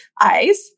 eyes